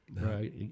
Right